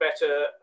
better